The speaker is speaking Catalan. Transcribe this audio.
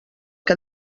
que